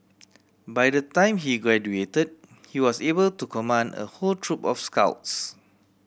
by the time he graduated he was able to command a whole troop of scouts